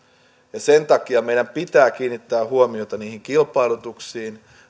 sen takia meidän pitää kiinnittää huomiota niihin kilpailutuksiin